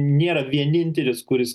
nėra vienintelis kuris